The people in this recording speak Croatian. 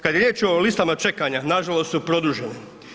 Kada je riječ o listama čekanja, nažalost su produženje.